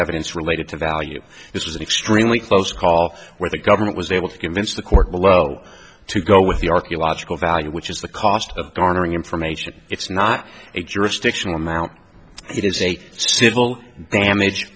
evidence related to the al you this was an extremely close call where the government was able to convince the court below to go with the archaeological value which is the cost of garnering information it's not a jurisdictional amount it is a civil damage